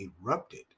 erupted